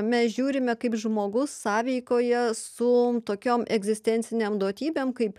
mes žiūrime kaip žmogus sąveikoja su tokiom egzistencinėm duotybėm kaip